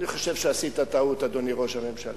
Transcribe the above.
אני חושב שעשית טעות, אדוני ראש הממשלה.